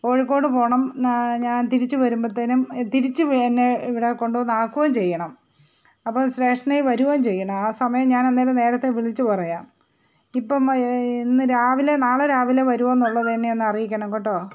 കോഴിക്കോട് പോകണം ഞാൻ തിരിച്ചു വരുമ്പോഴത്തേനും തിരിച്ചു എന്നെ ഇവിടെ കൊണ്ട് വന്നു ആക്കുകയും ചെയ്യണം അപ്പോൾ സ്റ്റേഷനിൽ വരുകയും ചെയ്യണം ആ സമയം ഞാൻ അന്നേരം നേരത്തെ വിളിച്ചു പറയാം ഇപ്പം ഇന്ന് രാവിലെ നാളെ രാവിലെ വരുമോ എന്നുള്ളത് എന്നെ ഒന്ന് അറിയിക്കണം കേട്ടോ